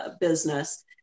business